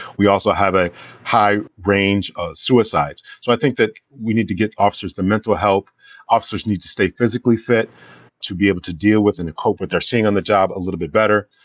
we also have a high range of suicides so i think that we need to get officers, the mental help officers need to stay physically fit to be able to deal with and cope with. they're seeing on the job a little bit better.